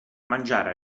mangiare